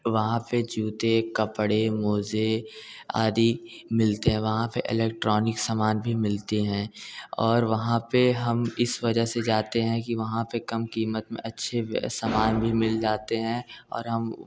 वहाँ पर जूते कपड़े मोज़े आदी मिलते हैं वहाँ पर एलेक्ट्रॉनिक समान भी मिलते हैं और वहाँ पर हम इस वजह से जाते हैं कि वहाँ पर कम कीमत में अच्छे वो समान भी मिल जाते हैं और हम